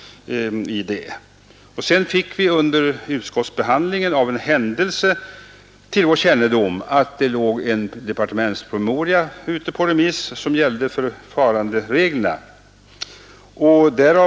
Sedan kom det under utskottsbehandlingen av en händelse till vår kännedom att det låg en departementspromemoria ute på remiss som gällde förfarandereglerna.